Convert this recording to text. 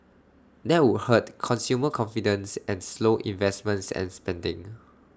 that would hurt consumer confidence and slow investments and spending